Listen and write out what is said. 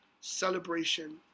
celebration